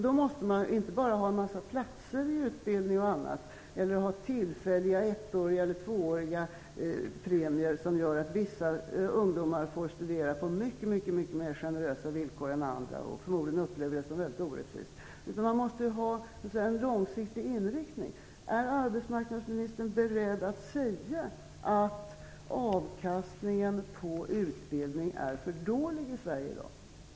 Då kan man inte bara ha en massa platser i utbildning och annat eller tillfälliga ettåriga eller tvååriga premier, som gör att vissa ungdomar får studera på mycket mer generösa villkor än andra, vilket förmodligen upplevs som mycket orättvist. Man måste i stället ha en långsiktig inriktning. Är arbetsmarknadsministern beredd att säga att avkastningen på utbildning är för dålig i Sverige i dag?